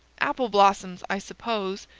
apple-blossoms, i suppose?